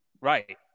Right